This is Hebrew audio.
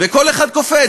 וכל אחד קופץ.